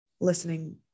listening